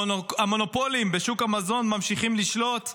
המונופולים בשוק המזון ממשיכים לשלוט,